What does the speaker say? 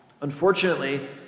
Unfortunately